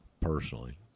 personally